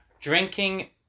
drinking